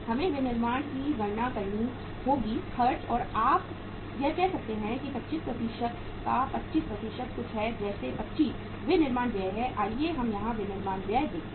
हमें विनिर्माण की गणना करनी होगी खर्च और आप कह सकते हैं कि 25 का 25 कुछ है जैसे 25 विनिर्माण व्यय है आइए हम यहां विनिर्माण व्यय देखें